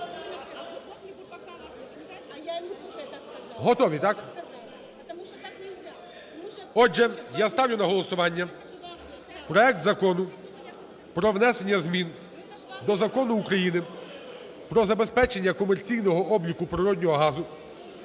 Готові, так? Отже, я ставлю на голосування проект Закону про внесення змін до Закону України "Про забезпечення комерційного обліку природного газу"